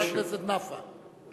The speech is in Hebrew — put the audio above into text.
חבר הכנסת נפאע.